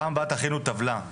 בפעם הבאה תכינו טבלה.